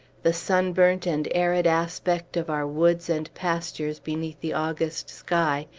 the sunburnt and arid aspect of our woods and pastures, beneath the august sky,